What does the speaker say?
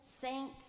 Saint